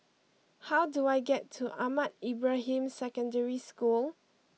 how do I get to Ahmad Ibrahim Secondary School